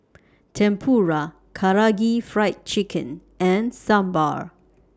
Tempura Karaage Fried Chicken and Sambar